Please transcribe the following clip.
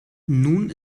nun